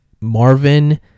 Marvin